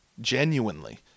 Genuinely